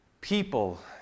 people